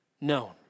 known